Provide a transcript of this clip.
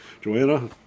Joanna